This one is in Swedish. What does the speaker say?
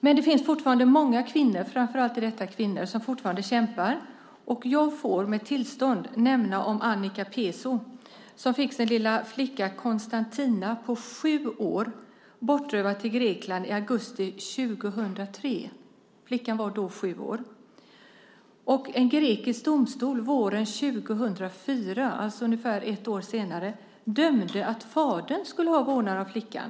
Men det finns fortfarande många, framför allt kvinnor, som fortfarande kämpar. Jag får med tillstånd berätta om Annika Pezu som fick sin lilla sjuåriga flicka Konstadina bortrövad till Grekland i augusti 2003. Ungefär ett år senare, våren 2004, dömde en grekisk domstol att fadern skulle ha vårdnaden om flickan.